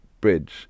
Bridge